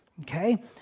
Okay